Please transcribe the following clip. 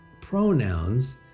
pronouns